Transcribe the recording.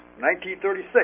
1936